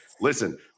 listen